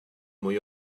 mwy